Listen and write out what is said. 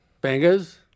bangers